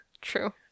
true